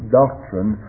doctrine